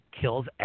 kills